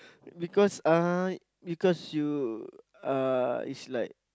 because uh because you uh is like